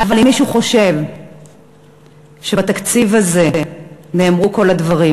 אבל אם מישהו חושב שבתקציב הזה נאמרו כל הדברים,